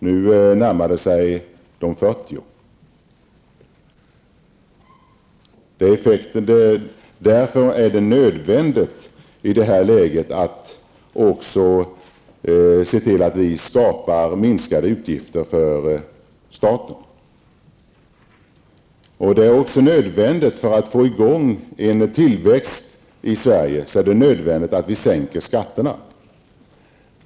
Nu är det närmare 40 miljarder. I detta läge är det därför nödvändigt att se till att det blir minskade utgifter för staten. För att få i gång en tillväxt i Sverige är det nödvändigt att skatterna sänks.